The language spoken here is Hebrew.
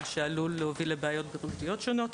מה שעלול להוביל לבעיות בריאותיות שונות.